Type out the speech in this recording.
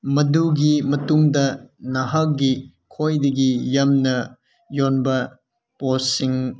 ꯃꯗꯨꯒꯤ ꯃꯇꯨꯡꯗ ꯅꯍꯥꯛꯀꯤ ꯈ꯭ꯋꯥꯏꯗꯒꯤ ꯌꯥꯝꯅ ꯌꯣꯟꯕ ꯄꯣꯠꯁꯤꯡ